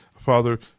Father